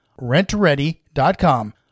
rentready.com